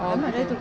oh